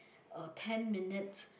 a ten minutes